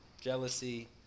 jealousy